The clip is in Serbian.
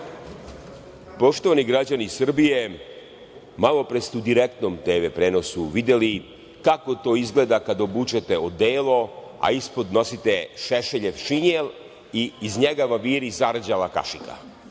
Poštovani građani Srbije, malopre ste u direktnom TV prenosu videli kako to izgleda kad obučete odelo, a ispod nosite Šešeljev šinjel i iz njega vam viri zarđala kašika. Ne